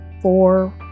four